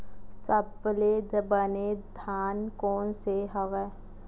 सबले बने धान कोन से हवय?